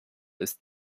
ist